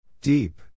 Deep